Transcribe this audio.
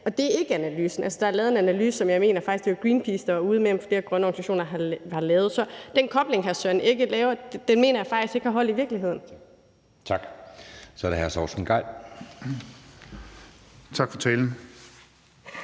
og det er ikke analysen. Altså, der er lavet en analyse – jeg mener faktisk, det var Greenpeace, der var ude med den, og flere grønne organisationer har lavet den. Så den kobling, hr. Søren Egge Rasmussen laver, mener jeg faktisk ikke har hold i virkeligheden. Kl. 20:25 Anden næstformand